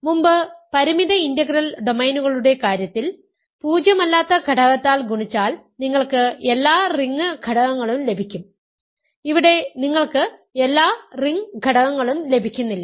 മുമ്പ് പരിമിത ഇന്റഗ്രൽ ഡൊമെയ്നുകളുടെ കാര്യത്തിൽ പൂജ്യമല്ലാത്ത ഘടകത്താൽ ഗുണിച്ചാൽ നിങ്ങൾക്ക് എല്ലാ റിംഗ് ഘടകങ്ങളും ലഭിക്കും ഇവിടെ നിങ്ങൾക്ക് എല്ലാ റിംഗ് ഘടകങ്ങളും ലഭിക്കുന്നില്ല